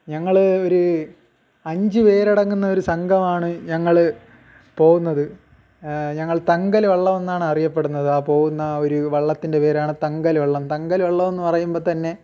ഞങ്ങൾ ഒരു അഞ്ച് പേരടങ്ങുന്നൊരു സംഘമാണ് ഞങ്ങൾ പോകുന്നത് ഞങ്ങൾ തങ്കൽ വള്ളമെന്നാണ് അറിയപ്പെടുന്നത് ആ പോകുന്ന ഒരു വള്ളത്തിൻ്റെ പേരാണ് തങ്കൽ വള്ളം തങ്കൽ വള്ളമെന്ന് പറയുമ്പോൾത്തന്നെ